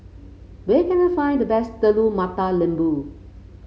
where can I find the best Telur Mata Lembu